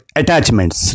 attachments